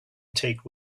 take